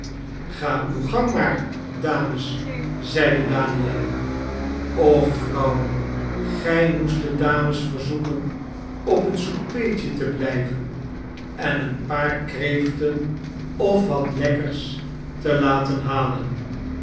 gaat uw gang maar dames zeide daniel och vrouw gij moest de dames verzoeken op een soupeetje te blijven en een paar kreeften of wat lekkers laten halen